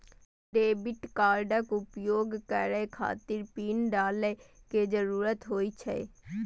debit कार्डक उपयोग करै खातिर पिन डालै के जरूरत होइ छै